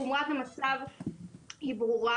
חומרת המצב ברורה.